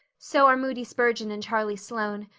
so are moody spurgeon and charlie sloane.